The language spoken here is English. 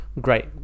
great